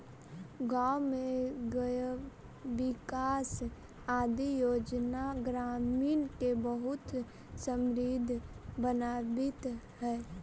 गाँव में गव्यविकास आदि योजना ग्रामीण के बहुत समृद्ध बनावित हइ